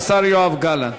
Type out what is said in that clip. השר יואב גלנט.